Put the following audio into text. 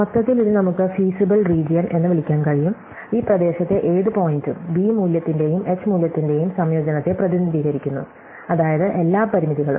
മൊത്തത്തിൽ ഇത് നമുക്ക് ഫീസിബിൽ രീജിയെൻ എന്ന് വിളിക്കാൻ കഴിയും ഈ പ്രദേശത്തെ ഏത് പോയിന്റും b മൂല്യത്തിന്റെയും h മൂല്യത്തിന്റെയും സംയോജനത്തെ പ്രതിനിധീകരിക്കുന്നു അതായത് എല്ലാ പരിമിതികളും